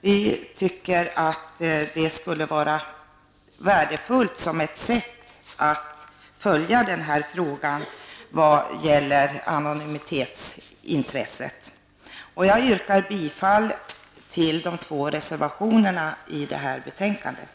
Vi tycker att det skulle vara värdefullt som ett sätt att följa frågan vad gäller anonymitetsintresset. Jag yrkar bifall till de två reservationerna i betänkandet.